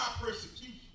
persecution